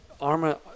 Arma